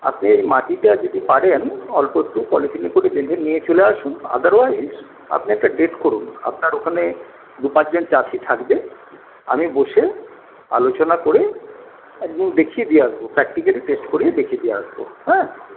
আপনি মাটিটা যদি পারেন অল্প একটু পলিথিনে করে দেখবেন নিয়ে চলে আসুন আদারওয়াইস আপনি একটা ডেট করুন আপনার ওখানে দু পাঁচজন চাষি থাকবে আমি বসে আলোচনা করে একদিন দেখিয়ে দিয়ে আসবো প্র্যাক্টিক্যালি টেস্ট করে দেখিয়ে দিয়ে আসবো হ্যাঁ